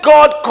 God